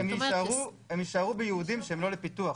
הם יישארו ביעודים שהם לא לפיתוח,